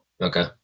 Okay